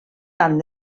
tant